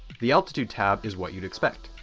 the altitude tab is what you'd expect,